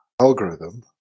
algorithm